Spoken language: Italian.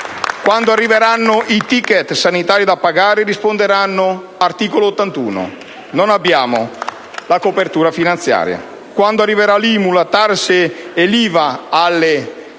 Quando arriveranno i *ticket* sanitari da pagare, risponderanno: articolo 81! Non abbiamo la copertura finanziaria. Quando arriveranno l'IMU, la TARES e l'IVA alle